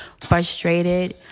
frustrated